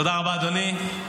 תודה רבה, אדוני.